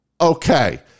okay